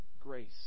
grace